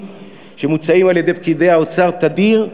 שמוצעים על-ידי פקידי האוצר תדיר,